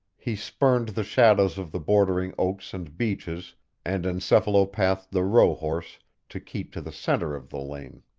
he spurned the shadows of the bordering oaks and beeches and encephalopathed the rohorse to keep to the center of the lane.